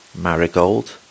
Marigold